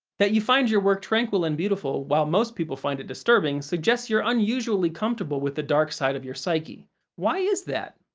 that you find your work tranquil and beautiful while most people find it disturbing suggests you're unusually comfortable with the dark side of your psyche why is that?